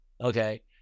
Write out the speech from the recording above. Okay